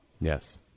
Yes